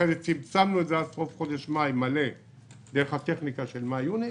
אחרי כן צמצמנו את זה עד סוף חודש מאי מלא דרך הטכניקה של מאי יוני.